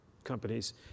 companies